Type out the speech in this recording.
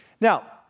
Now